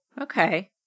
Okay